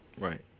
right